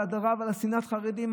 על הדרה ועל שנאת חרדים,